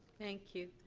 thank you.